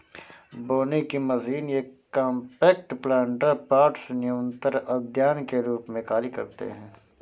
बोने की मशीन ये कॉम्पैक्ट प्लांटर पॉट्स न्यूनतर उद्यान के रूप में कार्य करते है